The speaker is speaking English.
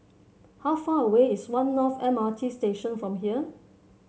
how far away is One North M R T Station from here